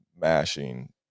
mashing